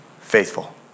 faithful